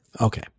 okay